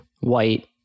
white